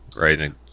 right